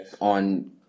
on